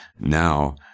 Now